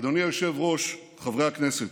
אדוני היושב-ראש, חברי הכנסת,